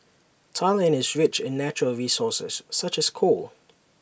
Thailand is rich in natural resources such as coal